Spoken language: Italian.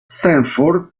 stanford